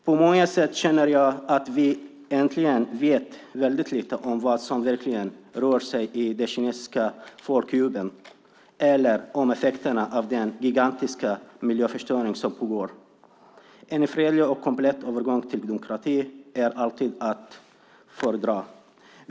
På många sätt känner jag att vi egentligen vet väldigt lite om vad som verkligen rör sig i de kinesiska folkdjupen eller om effekterna av den gigantiska miljöförstöring som pågår. En fredlig och komplett övergång till demokrati är alltid att föredra.